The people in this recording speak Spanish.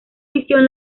visión